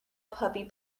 puppy